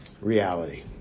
reality